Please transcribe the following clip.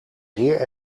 zeer